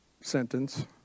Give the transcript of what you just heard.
sentence